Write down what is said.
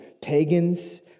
pagans